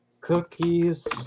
cookies